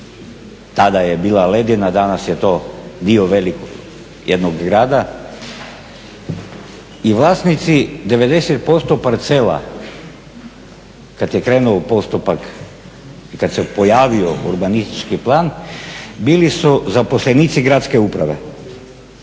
tada je bila ledina, danas je to dio velikog jednog grada, i vlasnici 90% parcela kad je krenuo postupak i kad se pojavio urbanistički plan bili su zaposlenici gradske uprave.